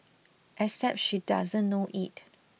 except she doesn't know it